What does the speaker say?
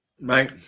Right